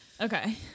Okay